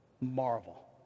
Marvel